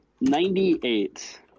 ninety-eight